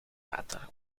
water